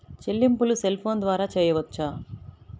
చెల్లింపులు cell phone ద్వారా చేయవచ్చా?